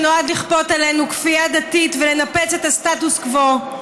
שנועד לכפות עלינו כפייה דתית ולנפץ את הסטטוס קוו,